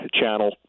channel